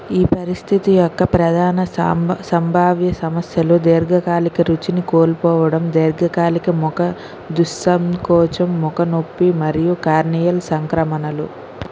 ఈ పరిస్థితి యొక్క ప్రధాన సాంబ సంభావ్య సమస్యలు దీర్ఘకాలిక రుచిని కోల్పోవడం దీర్ఘకాలిక ముఖ దుస్సంకోచం ముఖ నొప్పి మరియు కార్నియల్ సంక్రమణలు